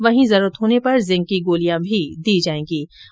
वहीं जरूरत होने पर जिंक की गोलियां भी दी जाएगीं